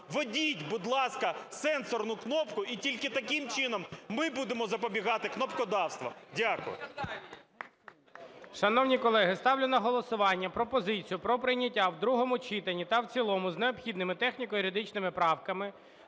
Введіть, будь ласка, сенсорну кнопку, і тільки таким чином ми будемо запобігати кнопкодавства. Дякую.